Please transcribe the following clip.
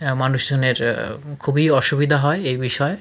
হ্যাঁ মানুষজনের খুবই অসুবিদা হয় এই বিষয়ে